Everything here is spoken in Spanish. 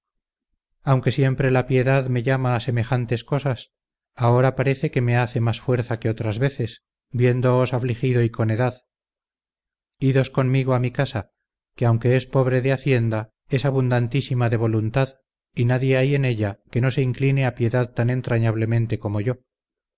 aunque siempre la piedad me llama a semejantes cosas ahora parece que me hace más fuerza que otras veces viéndoos afligido y con edad idos conmigo a mi casa que aunque es pobre de hacienda es abundantísima de voluntad y nadie hay en ella que no se incline a piedad tan entrañablemente como yo